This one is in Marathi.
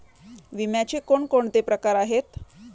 विम्याचे कोणकोणते प्रकार आहेत?